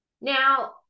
Now